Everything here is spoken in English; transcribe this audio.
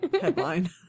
headline